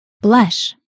blush